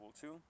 two